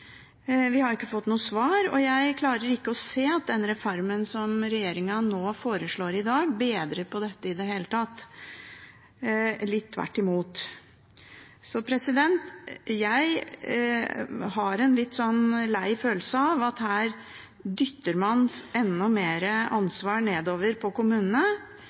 Vi har ikke fått noe svar, og jeg klarer ikke å se at denne reformen som regjeringen foreslår i dag, bedrer på dette i det hele tatt – litt tvert imot. Så jeg har en litt lei følelse av at man her dytter enda mer ansvar nedover på kommunene,